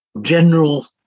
general